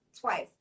twice